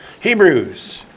Hebrews